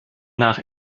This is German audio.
nach